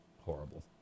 horrible